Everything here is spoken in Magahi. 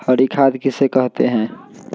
हरी खाद किसे कहते हैं?